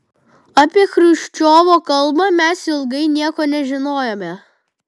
apie chruščiovo kalbą mes ilgai nieko nežinojome